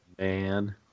man